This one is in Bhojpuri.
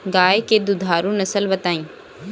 गाय के दुधारू नसल बताई?